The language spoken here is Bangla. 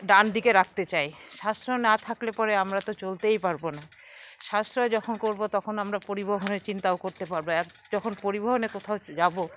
ডানদিকে রাখতে চাই সাশ্রয় না থাকলে পরে আমরা তো চলতেই পারবো না সাশ্রয় যখন করবো তখন আমরা পরিবহনের চিন্তাও করতে পারবো এক যখন পরিবহনে কোথাও যাব